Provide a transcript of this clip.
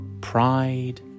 Pride